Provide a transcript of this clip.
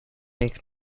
makes